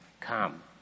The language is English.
come